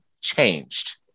changed